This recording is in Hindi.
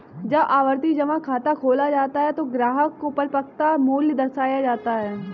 जब आवर्ती जमा खाता खोला जाता है तो ग्राहक को परिपक्वता मूल्य दर्शाया जाता है